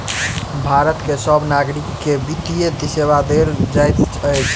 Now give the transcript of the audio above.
भारत के सभ नागरिक के वित्तीय सेवा देल जाइत अछि